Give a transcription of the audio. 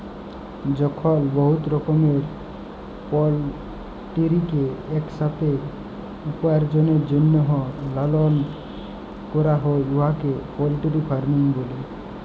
যখল বহুত রকমের পলটিরিকে ইকসাথে উপার্জলের জ্যনহে পালল ক্যরা হ্যয় উয়াকে পলটিরি ফার্মিং ব্যলে